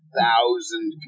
thousand